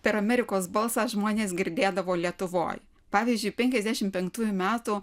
per amerikos balsą žmonės girdėdavo lietuvoj pavyzdžiui penkiasdešimt penktųjų metų